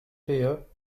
deux